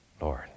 Lord